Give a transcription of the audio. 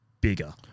bigger